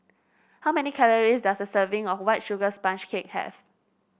how many calories does a serving of White Sugar Sponge Cake have